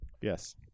Yes